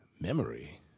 memory